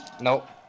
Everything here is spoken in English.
Nope